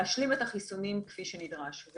להשלים את החיסונים כפי שנדרש.